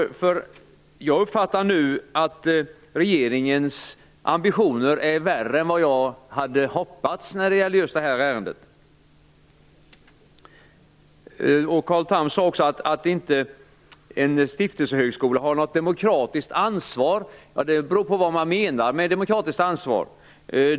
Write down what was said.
Jag uppfattar nu att regeringens ambitioner är värre än vad jag hade hoppats när det gäller det här ärendet. Carl Tham sade att en stiftelsehögskola inte har något demokratiskt ansvar. Det beror på vad man menar med demokratiskt ansvar.